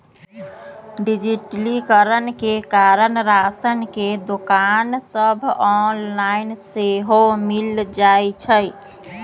डिजिटलीकरण के कारण राशन के दोकान सभ ऑनलाइन सेहो मिल जाइ छइ